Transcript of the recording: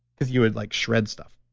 because you would like shred stuff.